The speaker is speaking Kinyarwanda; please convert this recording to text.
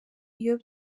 iyo